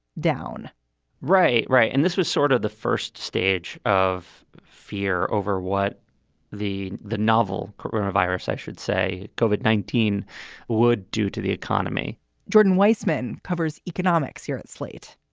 down right. right. and this was sort of the first stage of fear over what the the novel virus, i should say, covered nineteen would do to the economy jordan weisman covers economics here at slate.